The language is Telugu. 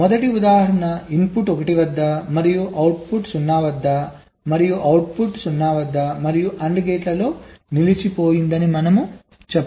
మొదటి ఉదాహరణ ఇన్పుట్ 1 వద్ద మరియు అవుట్పుట్ 0 వద్ద మరియు అవుట్పుట్ 0 మరియు AND గేట్లో నిలిచిపోయిందని చెప్పండి